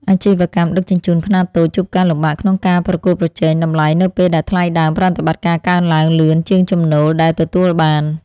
អាជីវកម្មដឹកជញ្ជូនខ្នាតតូចជួបការលំបាកក្នុងការប្រកួតប្រជែងតម្លៃនៅពេលដែលថ្លៃដើមប្រតិបត្តិការកើនឡើងលឿនជាងចំណូល ដែលទទួលបាន។